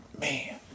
man